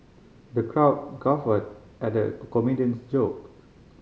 the crowd guffawed at the comedian's joke